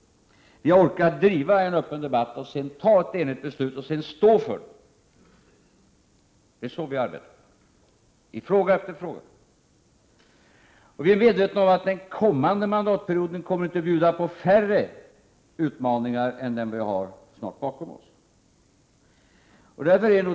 Vi har orkat driva en öppen debatt, ta ett enigt beslut och sedan stå för det. Det är så vi arbetar, i fråga efter fråga. Vi är medvetna om att den kommande mandatperioden inte kommer att bjuda på färre utmaningar än den vi snart har bakom oss.